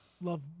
Love